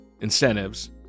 incentives